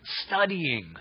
studying